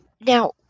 Now